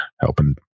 helping